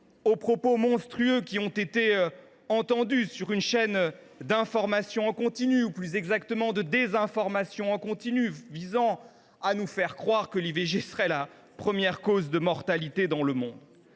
aux propos monstrueux qui ont été entendus sur une chaîne d’information – ou plus exactement de désinformation – en continu, visant à nous faire croire que l’IVG serait la première cause de mortalité dans le monde.